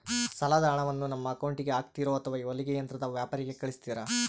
ಸಾಲದ ಹಣವನ್ನು ನಮ್ಮ ಅಕೌಂಟಿಗೆ ಹಾಕ್ತಿರೋ ಅಥವಾ ಹೊಲಿಗೆ ಯಂತ್ರದ ವ್ಯಾಪಾರಿಗೆ ಕಳಿಸ್ತಿರಾ?